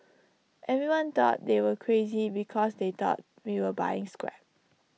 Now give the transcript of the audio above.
everyone thought they were crazy because they thought we were buying scrap